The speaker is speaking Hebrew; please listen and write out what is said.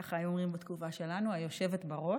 ככה היו אומרים בתקופה שלנו, היושבת בראש.